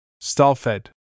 stall-fed